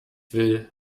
will